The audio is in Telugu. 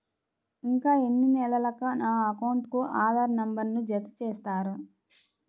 ఇంకా ఎన్ని నెలలక నా అకౌంట్కు ఆధార్ నంబర్ను జత చేస్తారు?